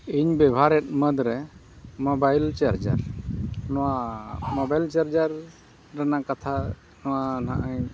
ᱤᱧ ᱵᱮᱵᱷᱟᱨᱮᱫ ᱢᱩᱫᱽᱨᱮ ᱢᱳᱵᱟᱭᱤᱞ ᱪᱟᱨᱡᱟᱨ ᱱᱚᱣᱟ ᱢᱳᱵᱟᱭᱤᱞ ᱪᱟᱨᱡᱟᱨ ᱨᱮᱱᱟᱜ ᱠᱟᱛᱷᱟ ᱱᱚᱣᱟ ᱱᱟᱜ ᱤᱧ